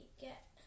get